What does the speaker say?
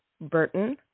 Burton